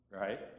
Right